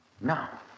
Now